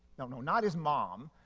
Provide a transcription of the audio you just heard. no, no, not his mom,